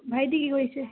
ভাইটি কি কৰিছে